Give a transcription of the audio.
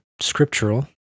scriptural